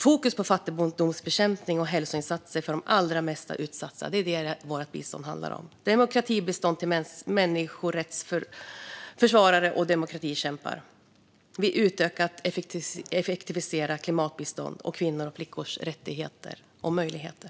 Fokus på fattigdomsbekämpning och hälsoinsatser för de allra mest utsatta är det vårt bistånd handlar om. Det är demokratibistånd till människorättsförsvarare och demokratikämpar. Vi utökar och effektiviserar klimatbiståndet samt biståndet till kvinnors och flickors rättigheter och möjligheter.